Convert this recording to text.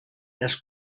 els